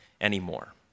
anymore